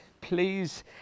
please